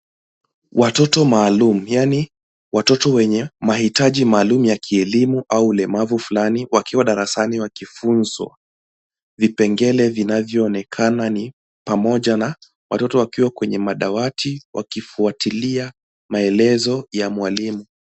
Watoto maalum yaani watoto wenye mahitaji maalum ya kielimu au ulemavu fulani wakiwa darasani wakifunzwa. Vipengele vinavyoonekana ni pamoja na watoto wakiwa kwenye madawati wakifuatilia maelezo ya mwalimu.